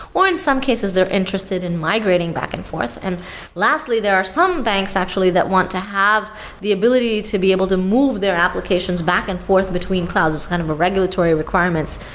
or in some cases they're interested in migrating back and forth. and lastly, there are some banks actually that want to have the ability to be able to move their applications back and forth between clouds. it's kind of regulatory requirements.